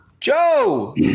Joe